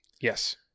Yes